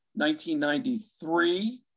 1993